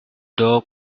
dog